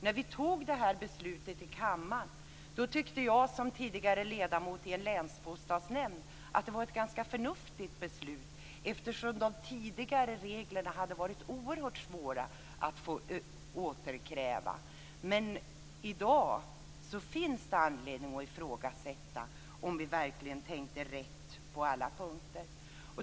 När vi fattade det här beslutet i kammaren tyckte jag som tidigare ledamot i en länsbostadsnämnd att det var ett ganska förnuftigt beslut, eftersom de tidigare reglerna hade varit oerhört svåra när det gällde återkrav. Men i dag finns det anledning att ifrågasätta om vi verkligen tänkte rätt på alla punkter.